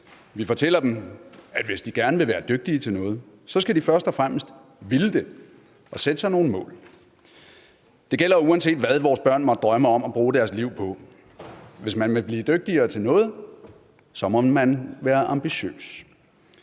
Vi fortæller dem, at hvis de gerne vil være dygtige til noget, skal de først og fremmest ville det og sætte sig nogle mål. Det gælder, uanset hvad vores børn måtte drømme om at bruge deres liv på. Hvis man vil blive dygtigere til noget, må man være ambitiøs,